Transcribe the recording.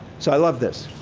so, i love this.